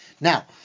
Now